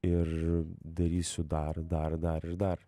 ir darysiu dar dar dar ir dar